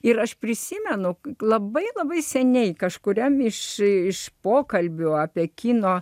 ir aš prisimenu labai labai seniai kažkuriam iš pokalbių apie kino